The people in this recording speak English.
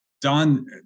Don